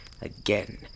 again